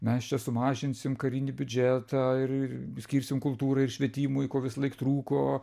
mes čia sumažinsim karinį biudžetą ir skirsim kultūrai ir švietimui ko visąlaik trūko